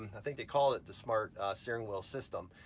i think they call it the smart steering wheel system.